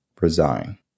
resign